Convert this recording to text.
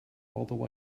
although